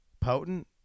potent